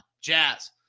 Jazz